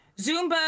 Zumba